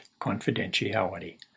confidentiality